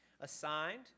assigned